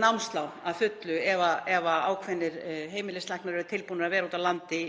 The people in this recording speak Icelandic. námslán að fullu ef ákveðnir heimilislæknar eru tilbúnir að vera úti á landi,